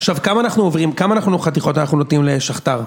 עכשיו כמה אנחנו עוברים, כמה חתיכות אנחנו נותנים לשכתר?